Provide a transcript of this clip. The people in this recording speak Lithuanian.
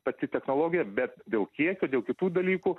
pati technologija bet dėl kiekio dėl kitų dalykų